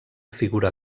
figura